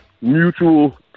mutual